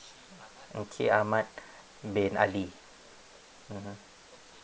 encik ahmad bin ali mmhmm